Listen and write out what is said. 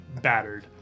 battered